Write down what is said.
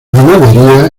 ganadería